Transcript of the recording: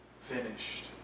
finished